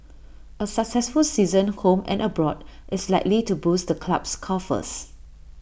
A successful season home and abroad is likely to boost the club's coffers